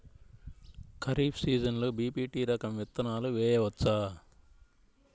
ఖరీఫ్ సీజన్లో బి.పీ.టీ రకం విత్తనాలు వేయవచ్చా?